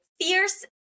fierce